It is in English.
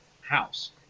house